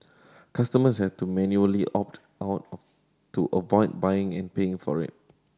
customers had to manually opt out of to avoid buying and paying for it